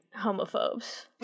homophobes